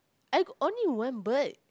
I got only one bird